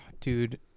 Dude